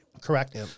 Correct